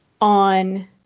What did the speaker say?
on